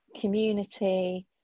community